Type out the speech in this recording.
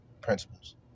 principles